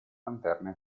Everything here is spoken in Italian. lanterne